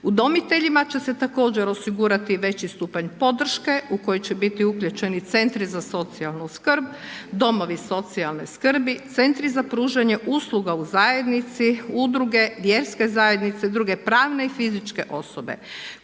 Udomiteljima će se također osigurati veći stupanj podrške, u koji će biti uključeni centri za socijalnu skrb, domovi socijalne skrbi, centri za pružanje usluga u zajednici, udruge, vjerske zajednice, druge pravne i fiz8čke osobe,